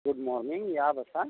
good morning या बसा